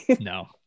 No